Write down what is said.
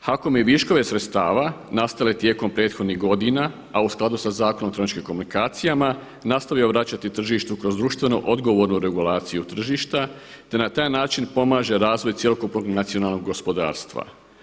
HAKOM je viškove sredstava nastale tijekom prethodnih godina, a u skladu sa Zakonom o elektroničkim komunikacijama nastavio vraćati tržištu kroz društveno odgovornu regulaciju tržišta, te na taj način pomaže razvoj cjelokupnog nacionalnog gospodarstva.